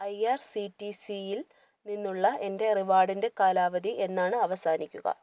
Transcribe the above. I R C T സിയിൽ നിന്നുള്ള എൻ്റെ റിവാർഡിൻ്റെ കാലാവധി എന്നാണ് അവസാനിക്കുക